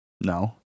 No